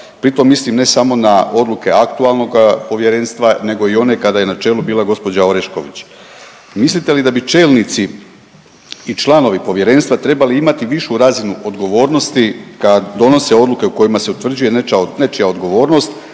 pritom mislim ne samo na odluke aktualnog povjerenstva nego i one kada je na čelu bila gđa. Orešković. Mislite li da bi čelnici i članovi povjerenstva trebali imati višu razinu odgovornosti kad donose odluke u kojima se utvrđuje nečija odgovornost,